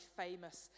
famous